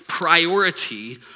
Priority